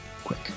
quick